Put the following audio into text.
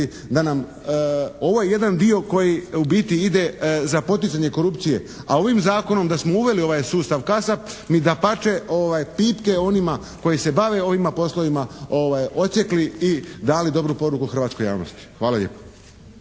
da nam, ovo je jedan dio koji u biti ide za poticanje korupcije, a ovim zakonom da smo uveli ovaj sustav KASAP mi dapače pipke onima koji se bave ovim poslovima odsjekli dali dobru poruku hrvatskoj javnosti. Hvala lijepo.